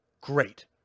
Great